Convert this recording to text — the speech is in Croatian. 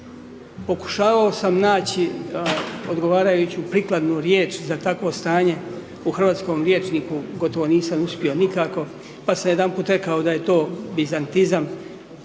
Pokušavao sam naći odgovarajuću prikladnu riječ za takvo stanje u hrvatskom rječniku, gotovo nisam uspio nikako, pa sam jedanput rekao da je to bizantizam.